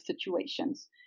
situations